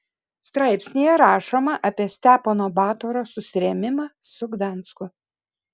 straipsnyje rašoma apie stepono batoro susirėmimą su gdansku